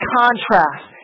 contrast